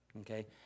Okay